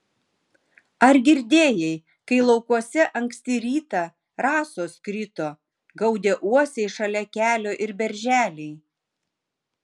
ar girdėjai kai laukuose anksti rytą rasos krito gaudė uosiai šalia kelio ir berželiai